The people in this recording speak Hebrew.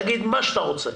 תגיד מה שאתה רוצה.